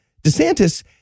DeSantis